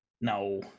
No